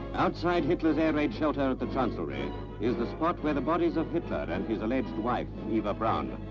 outside hitler's aid raid shelter at the chancellery is the spot where the bodies of hitler and his alleged wife, eva braun,